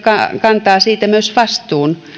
kantaa siitä myös vastuun